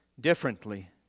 differently